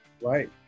right